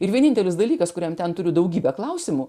ir vienintelis dalykas kuriam ten turiu daugybę klausimų